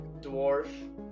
dwarf